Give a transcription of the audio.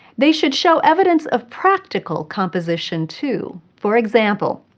they should show evidence of practical composition too for example,